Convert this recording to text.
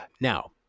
Now